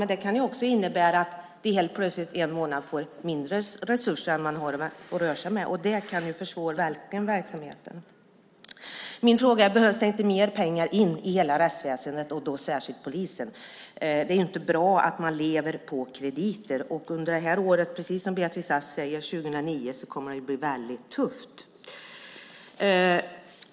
Men det kan också innebära att man helt plötsligt en månad får mindre resurser att röra sig med, och det kan ju verkligen försvåra verksamheten. Min fråga är: Behövs det inte mer pengar in i hela rättsväsendet, och då särskilt till polisen? Det är ju inte bra att man lever på krediter. Och precis som Beatrice Ask säger kommer 2009 att bli väldigt tufft.